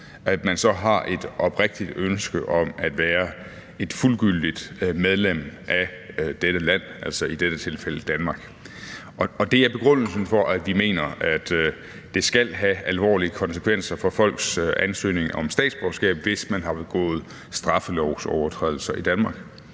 til, så har et oprigtigt ønske om at være et fuldgyldigt medlem af dette land, altså i dette tilfælde Danmark. Og det er begrundelsen for, at vi mener, at det skal have alvorlige konsekvenser for folks ansøgning om statsborgerskab, hvis man har begået straffelovsovertrædelser i Danmark.